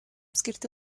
skirti